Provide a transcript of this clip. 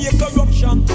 corruption